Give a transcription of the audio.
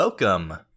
Welcome